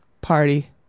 party